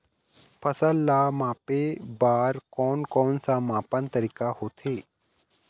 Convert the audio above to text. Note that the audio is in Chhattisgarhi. फसल ला मापे बार कोन कौन सा मापन तरीका होथे?